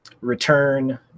return